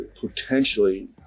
potentially